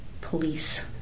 police